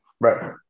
right